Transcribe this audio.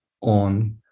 on